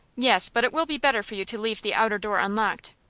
yes but it will be better for you to leave the outer door unlocked.